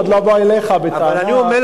אף אחד לא בא אליך בטענה שלא סיימו.